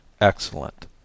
Excellent